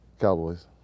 Cowboys